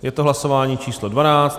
Je to hlasování číslo 12.